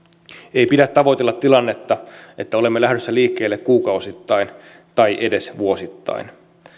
ei pidä tavoitella tilannetta että olemme lähdössä liikkeelle kuukausittain tai edes vuosittain